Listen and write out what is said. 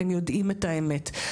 אתם יודעים את האמת,